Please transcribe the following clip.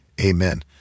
amen